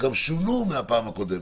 שגם שונו מהפעם הקודמת.